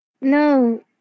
No